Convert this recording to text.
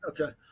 Okay